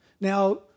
Now